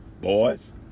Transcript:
boys